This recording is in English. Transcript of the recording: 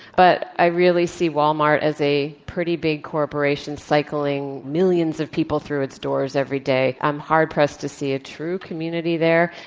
but i really see wal-mart as a pretty big corporation cycling millions of people through its doors every day. i'm hard pressed to see a true community there,